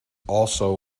also